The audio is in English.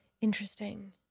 Interesting